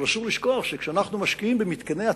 אבל אסור לשכוח כשאנחנו משקיעים במתקני התפלה,